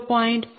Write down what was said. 4 0